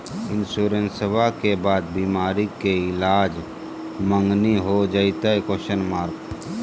इंसोरेंसबा के बाद बीमारी के ईलाज मांगनी हो जयते?